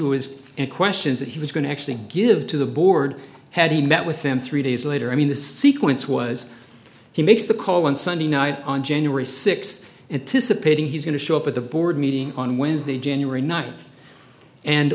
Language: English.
was and questions that he was going to actually give to the board had he met with them three days later i mean the sequence was he makes the call on sunday night on january sixth anticipating he's going to show up at the board meeting on wednesday january ninth and